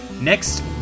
next